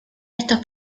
estos